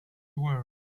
were